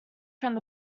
from